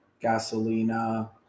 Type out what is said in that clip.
Gasolina